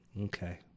Okay